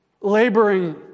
laboring